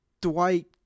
dwight